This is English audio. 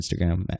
Instagram